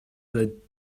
the